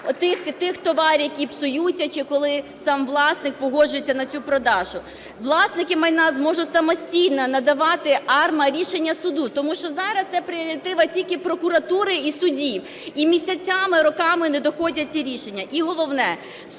тих товарів, які псуються чи коли сам власник погоджується на цю продажу. Власники майна зможуть самостійно надавати АРМА рішення суду, тому що зараз це прерогатива тільки прокуратури і судів. І місяцями, роками не доходять ці рішення. І головне,